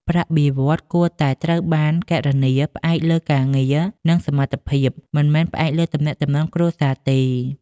ប្រាក់បៀវត្សរ៍គួរតែត្រូវបានគណនាផ្អែកលើការងារ និងសមត្ថភាព មិនមែនផ្អែកលើទំនាក់ទំនងគ្រួសារទេ។